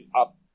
up